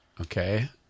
Okay